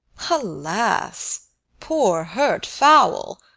alas! poor hurt fowl.